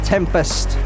Tempest